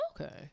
Okay